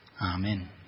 Amen